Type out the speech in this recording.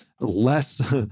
less